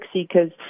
seekers